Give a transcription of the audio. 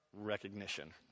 recognition